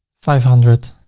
five hundred.